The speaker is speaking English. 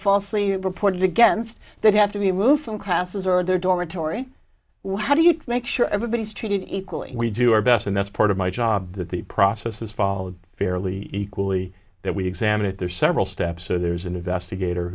falsely reported against that have to be moved from classes or their dormitory wow how do you make sure everybody's treated equally we do our best and that's part of my job that the process is followed fairly equally that we examine it there are several steps so there's an investigator